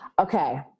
Okay